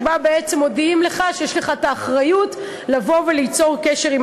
שבה בעצם מודיעים לך שיש לך האחריות לבוא וליצור קשר עם